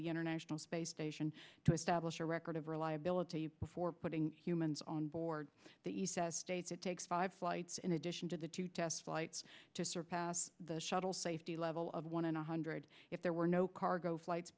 the international space station to establish a record of reliability before putting humans on board that you said stated take five flights in addition to the two test flights to surpass the shuttle safety level of one and one hundred if there were no cargo flights